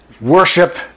worship